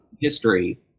history